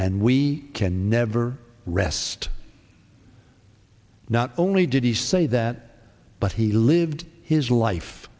and we can never rest not only did he say that but he lived his life